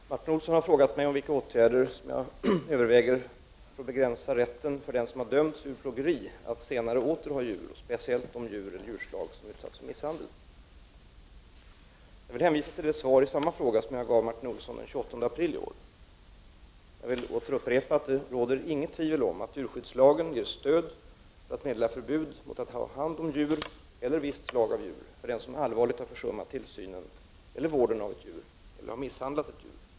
Herr talman! Martin Olsson har frågat mig vilka åtgärder jag överväger i syfte att begränsa rätten för den som dömts för djurplågeri att senare åter ha djur och speciellt de djur eller djurslag som utsatts för misshandeln. Jag vill hänvisa till det svar i samma fråga som jag gav Martin Olsson den 28 april i år. Jag vill upprepa att det inte råder något tvivel om att djurskyddslagen ger stöd för att meddela förbud mot att ha hand om djur eller visst slag av djur för den som allvarligt har försummat tillsynen eller vården av ett djur eller har misshandlat ett djur.